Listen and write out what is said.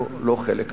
אנחנו לא חלק מזה.